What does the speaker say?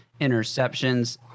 interceptions